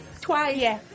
Twice